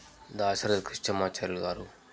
దాశరథి కృష్ణామాచార్యులు గారు